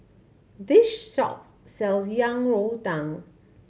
this shop sells Yang Rou Tang